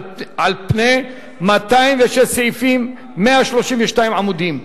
על פני 206 סעיפים ו-132 עמודים,